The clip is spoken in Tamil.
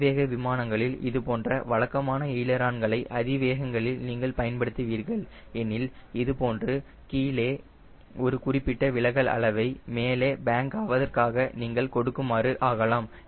அதிவேக விமானங்களில் இதுபோன்ற வழக்கமான எய்லரான்களை அதிவேகங்களில் நீங்கள் பயன்படுத்துகிறீர்கள் எனில் இதுபோன்று கீழே ஒரு குறிப்பிட்ட விலகல் அளவை மேலே பேங்க் ஆவதற்காக நீங்கள் கொடுக்குமாறு ஆகலாம்